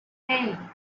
hey